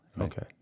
Okay